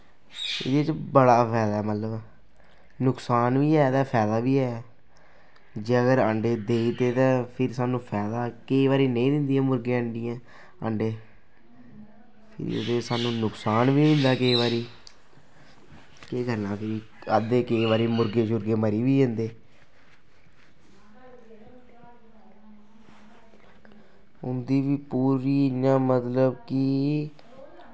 एह्दे च बड़ा फैदा ऐ मतलब नकसान बी ऐ ते फैदा बी ऐ जे अगर अंडे देई दित्ते ते फ्ही सानूं फैदा ऐ केईं बारी नेईं दिंदियां मुर्गियां अंडियां अंडे एह्दे च सानूं नकसान बी होई जंदा केईं बारी केह् करना फ्ही अद्धे केईं बारी मुर्गे मरी बी जंदे उंदी बी पूरी इ'यां मतलब कि